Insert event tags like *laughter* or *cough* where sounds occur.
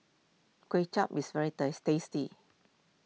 Kuay Chap is very *unintelligible* tasty